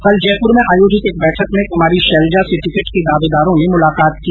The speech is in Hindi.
कल जयपुर में आयोजित एक बैठक में कुमारी शैलजा से टिकट के दावेदारों ने मुलाकात की